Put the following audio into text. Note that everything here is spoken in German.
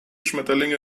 schmetterlinge